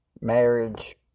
marriage